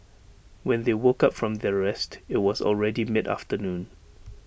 when they woke up from their rest IT was already mid afternoon